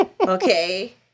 Okay